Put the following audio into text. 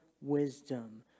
wisdom